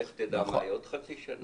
לך תדע מה יהיה עוד חצי שנה...